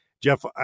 Jeff